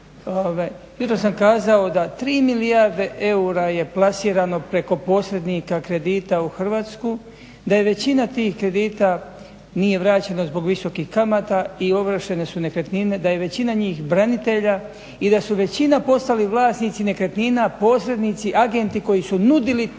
čuti, jutros sam kazao da 3 milijarde eura je plasirano preko posrednika kredita u Hrvatsku, da je većina tih kredita nije vraćena zbog visokih kamata i ovršene su nekretnine, da je većina njih branitelja i da su većina postali vlasnici nekretnina posrednici, agenti koji su nudili takve